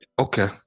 Okay